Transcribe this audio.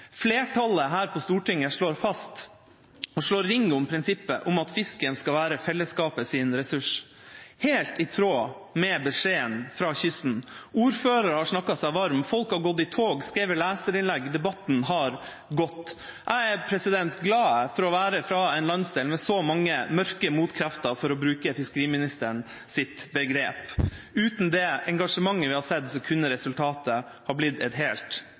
Flertallet her på Stortinget slår fast og slår ring om prinsippet om at fisken skal være fellesskapets ressurs, helt i tråd med beskjeden fra kysten. Ordførere har snakket seg varme, folk har gått i tog og skrevet leserinnlegg, og debatten har gått. Jeg er glad for å være fra en landsdel med så mange mørke motkrefter, for å bruke fiskeriministerens begrep. Uten engasjementet vi har sett, kunne resultatet blitt et helt